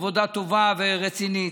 עבודה טובה ורצינית.